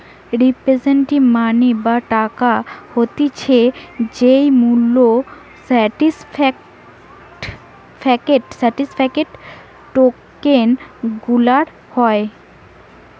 representative money বা টাকা হতিছে যেই মূল্য সার্টিফিকেট, টোকেন গুলার হয়